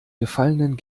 gefallenen